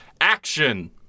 action